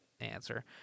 answer